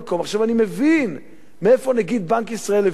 אני מבין מאיפה נגיד בנק ישראל הביא את העניין.